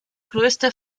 größte